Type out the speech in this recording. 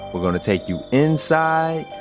we're gonna take you inside,